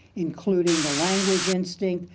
including the language instinct,